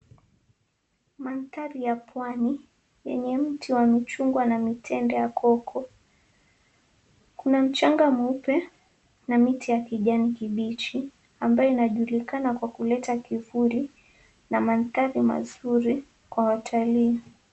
Mandhari ya pwani yenye miti ya michungwa na mitende ya miti ya koko. Kuna mchanga mweupe na miti ya kijani kibichi amabaye inajulikana kwa kuleta kivuli na mandhari mazuri kwa watalii.